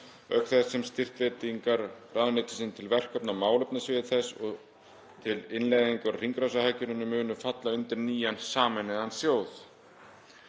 auk þess sem styrkveitingar ráðuneytisins til verkefna á málefnasviði þess og til innleiðingar á hringrásarhagkerfinu munu falla undir nýjan sameinaðan sjóð.